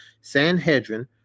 Sanhedrin